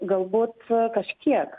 galbūt kažkiek